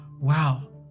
Wow